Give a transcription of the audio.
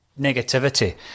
negativity